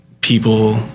people